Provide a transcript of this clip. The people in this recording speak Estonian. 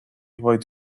vaid